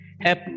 Help